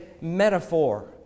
metaphor